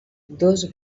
dos